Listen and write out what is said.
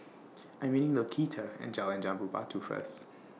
I'm meeting Laquita At Jalan Jambu Batu First